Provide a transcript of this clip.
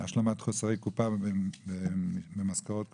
השלמת חוסרי קופה ממשכורות הקופאיות.